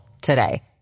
today